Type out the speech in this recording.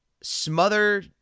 smother